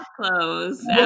clothes